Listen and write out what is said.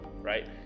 Right